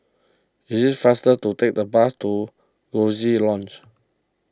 it is faster to take the bus to Coziee Lodge